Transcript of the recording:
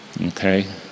Okay